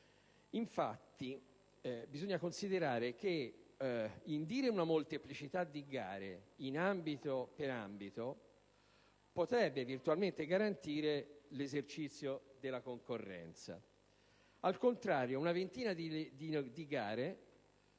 bisogna considerare, infatti, che indire una molteplicità di gare in ambito e per ambito potrebbe virtualmente garantire l'esercizio della concorrenza. Al contrario, una ventina di gare